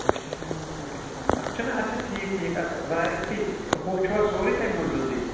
first hands نٔے گژھِ ہَے نہٕ اَتھ چھےٚ نا اَچھا ٹھیٖک ٹھیٖک ٹھیٖک اَدٕ وارنٹی ہُو چھُوا سورُے تۄہہِ موٗجوٗدٕے